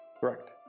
Correct